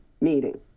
meeting